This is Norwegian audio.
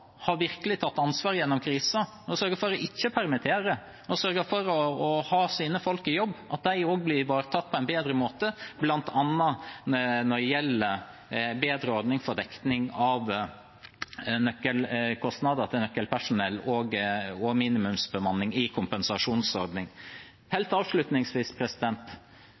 har lagt på bordet. Det er også behov for bedre å ivareta de bedriftene som virkelig har tatt ansvar gjennom krisen og sørget for ikke å permittere, men ha sine folk i jobb – bl.a. ved en bedre ordning for dekning av nøkkelkostnader til nøkkelpersonell og minimumsbemanning i kompensasjonsordningen. Helt avslutningsvis: